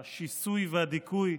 השיסוי והדיכוי,